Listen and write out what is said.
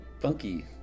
Funky